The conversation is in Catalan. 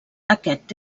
aquest